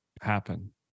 happen